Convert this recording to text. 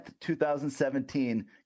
2017